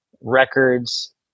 records